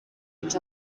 each